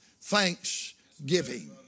thanksgiving